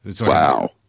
Wow